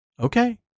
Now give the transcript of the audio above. Okay